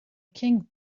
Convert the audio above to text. king